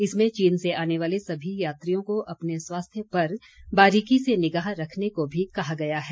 इसमें चीन से आने वाले सभी यात्रियों को अपने स्वास्थ्य पर बारीकी से निगाह रखने को भी कहा गया है